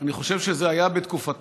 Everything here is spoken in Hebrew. אני חושב שזה היה בתקופתך,